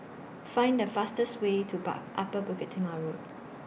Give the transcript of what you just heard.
Find The fastest Way to Upper Bukit Timah Road